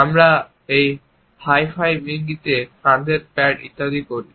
আমরা এই high five ইঙ্গিত কাঁধের প্যাট ইত্যাদি করি